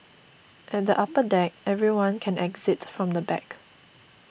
at the upper deck everyone can exit from the back